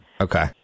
Okay